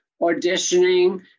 auditioning